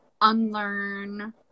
unlearn